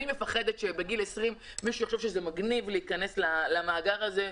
אני מפחדת שבגיל 20 מישהו יחשוב שזה מגניב להיכנס למאגר הזה,